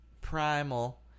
Primal